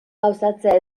gauzatzea